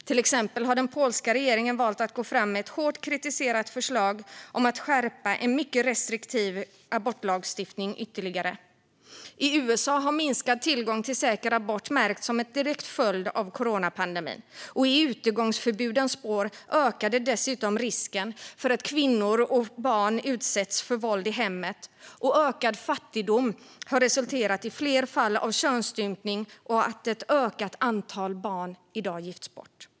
Till exempel har den polska regeringen valt att gå fram med ett hårt kritiserat förslag om att skärpa en mycket restriktiv abortlagstiftning ytterligare. I USA har minskad tillgång till säker abort märkts som en direkt följd av coronapandemin. I utegångsförbudens spår ökar dessutom risken för att kvinnor och barn utsätts för våld i hemmet. Ökad fattigdom har resulterat i fler fall av könsstympning och att ett ökat antal barn i dag gifts bort.